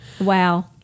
Wow